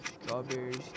Strawberries